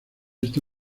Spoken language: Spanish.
este